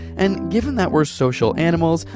and given that we're social animals,